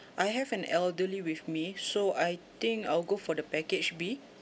I have an elderly with me so I think I'll go for the package B